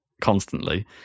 constantly